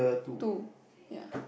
two ya